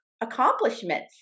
accomplishments